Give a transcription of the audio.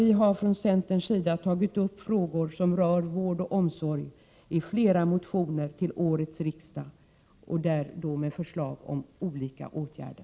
Vi har från centerns sida tagit upp frågor som rör vård och omsorg i flera motioner till årets riksmöte och kommit med förslag om olika åtgärder.